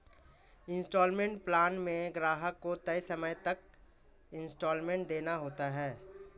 instalment plan में ग्राहक को तय समय तक इन्सटॉलमेंट देना होता है